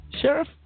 Sheriff